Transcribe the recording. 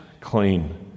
clean